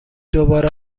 دوباره